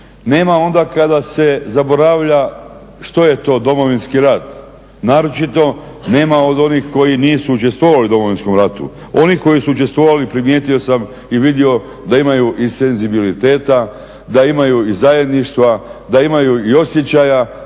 Nema onda kada se zaboravlja što je to Domovinski rat, naročito nema od onih koji nisu učestvovali u Domovinskom ratu. Oni koji su učestvovali primijetio sam i vidio da imaju i senzibiliteta, da imaju i zajedništva, da imaju i osjećaja